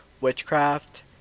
witchcraft